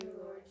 Lord